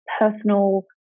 personal